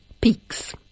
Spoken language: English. Peaks